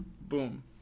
Boom